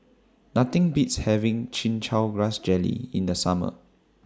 Nothing Beats having Chin Chow Grass Jelly in The Summer